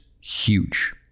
huge